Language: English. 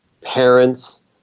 parents